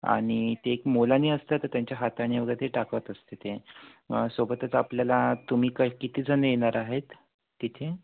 आणि ते एक मौलाना असतात तर त्यांच्या हातानी वगैरे ते टाकत असते ते सोबतच आपल्याला तुम्ही काय कितीजण येणार आहेत तिथे